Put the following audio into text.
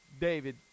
David